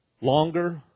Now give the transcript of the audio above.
longer